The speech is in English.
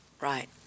Right